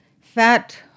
fat